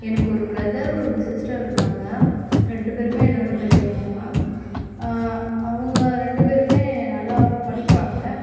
எனக்கு ஒரு பிரதர் ஒரு சிஸ்டர் இருக்காங்க ரெண்டு பேருமே என்னோட பெரியவங்க தான் அவங்க ரெண்டு பேருமே நல்லா படிப்பாங்க